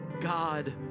God